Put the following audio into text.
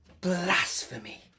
Blasphemy